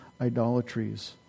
idolatries